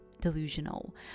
delusional